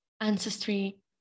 ancestry